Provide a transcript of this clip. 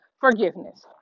forgiveness